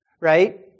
right